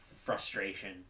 frustration